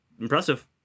Impressive